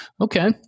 Okay